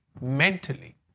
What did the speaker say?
mentally